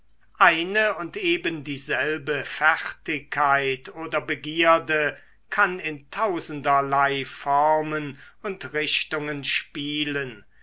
eine und eben dieselbe fertigkeit oder begierde kann in tausenderlei formen und richtungen spielen